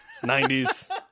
90s